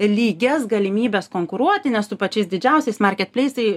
lygias galimybes konkuruoti nes su pačiais didžiausiais market pleisai